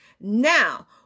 now